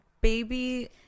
baby